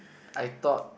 I thought